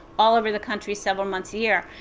all over the country several months a year.